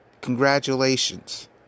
congratulations